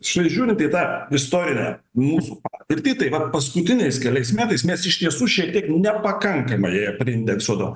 štai žiūrint į tą istorinę mūsų patirtį tai va paskutiniais keliais metais mes iš tiesų šiek tiek nepakankamai priindeksuodavom